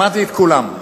שמעתי את כולם,